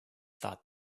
thought